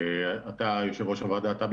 האם אתה,